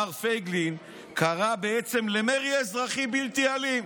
מר פייגלין, בעצם למרי אזרחי בלתי אלים.